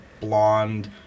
blonde